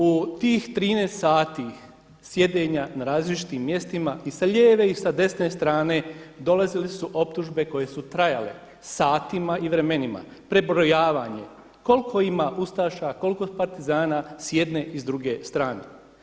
U tih 13 sati sjedenja na različitim mjestima i sa lijeve i sa desne strane dolazile su optužbe koje su trajale satima i vremenima, prebrojavanje, koliko ima ustaša, koliko partizana, s jedne i s druge strane.